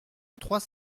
trois